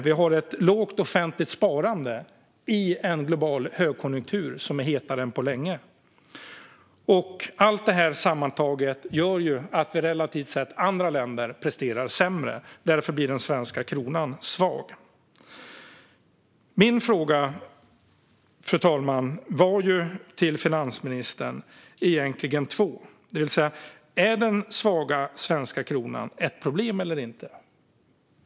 Vi har ett lågt offentligt sparande i en global högkonjunktur som är hetare än på länge. Allt det här sammantaget gör att vi relativt andra länder presterar sämre. Därför blir den svenska kronan svag. Min fråga till finansministern var egentligen två frågor. Är den svaga svenska kronan ett problem eller inte?